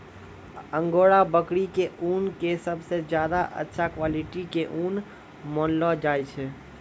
angora बकरी के ऊन कॅ सबसॅ ज्यादा अच्छा क्वालिटी के ऊन मानलो जाय छै